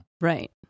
Right